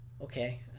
Okay